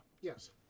yes